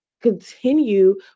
continue